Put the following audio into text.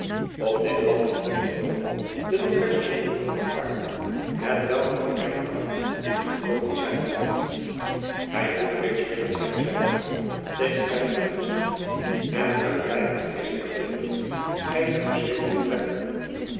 op dit pad ontdekte joan de nog versche sporen van een paard hetwelk van den rijnkant moest gekomen zijn hij moet reeds binnen zijn zeide joan tegen zijnen medgezel en klaarblijkelijk is hij alleen gij kunt dus weder vertrekken